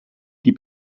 die